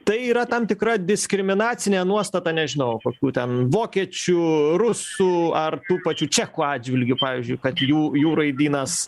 tai yra tam tikra diskriminacinė nuostata nežinau kokių ten vokiečių rusų ar tų pačių čekų atžvilgiu pavyzdžiui kad jų jų raidynas